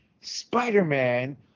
Spider-Man